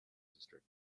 district